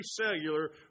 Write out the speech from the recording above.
cellular